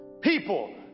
People